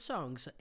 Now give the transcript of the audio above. Songs